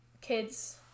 kids